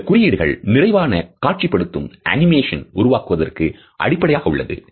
இந்த குறியீடுகள் நிறைவான காட்சிப்படுத்தும் அனிமேஷன் உருவாக்குவதற்கும் அடிப்படையாக உள்ளது